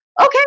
Okay